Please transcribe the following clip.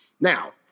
Now